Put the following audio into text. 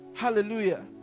hallelujah